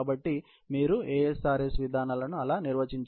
కాబట్టి మీరు ASRS విధానాలను ఆలా నిర్వచించారు